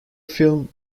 film